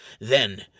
Then